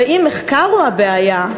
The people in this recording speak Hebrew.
ואם מחקר הוא הבעיה,